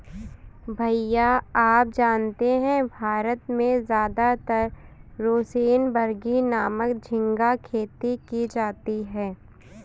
भैया आप जानते हैं भारत में ज्यादातर रोसेनबर्गी नामक झिंगा खेती की जाती है